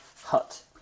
hut